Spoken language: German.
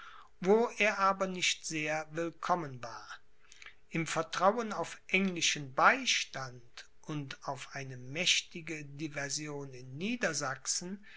wo er aber nicht sehr willkommen war im vertrauen auf englischen beistand und auf eine mächtige diversion in niedersachsen